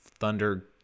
Thunder